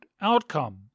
outcome